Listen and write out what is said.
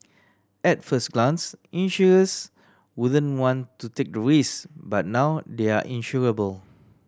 at first glance insurers wouldn't want to take the risk but now they are insurable